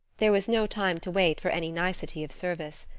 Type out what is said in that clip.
there was no time to wait for any nicety of service.